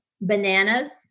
bananas